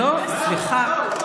סליחה,